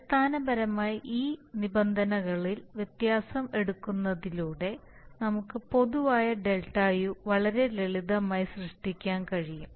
അടിസ്ഥാനപരമായി ഈ നിബന്ധനകളിൽ വ്യത്യാസം എടുക്കുന്നതിലൂടെ നമുക്ക് പൊതുവായ Δu വളരെ ലളിതമായി സൃഷ്ടിക്കാൻ കഴിയും